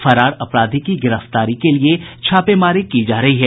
फरार अपराधी की गिरफ्तारी के लिये छापेमारी की जा रही है